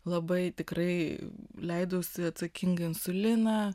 labai tikrai leidausi atsakingai insuliną